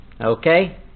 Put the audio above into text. Okay